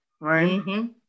right